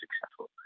successful